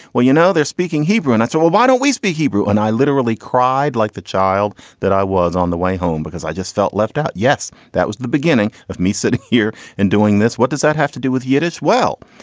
well, you know, they're speaking hebrew. and i said, well, why don't we speak hebrew? and i literally cried like the child that i was on the way home because i just felt left out. yes, that was the beginning of me. sit here and doing this. what does that have to do with yiddish? well,